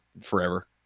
forever